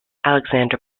alexander